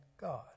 God